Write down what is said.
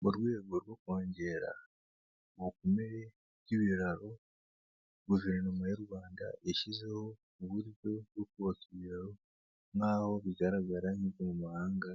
Mu rwego rwo kongera ubukomere bw'ibiraro guverinoma y'u Rwanda yashyizeho uburyo bwo kubaka ibiraro nk'aho bigaragara nk'ibyo mu mahanga